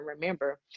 remember